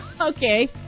Okay